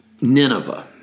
Nineveh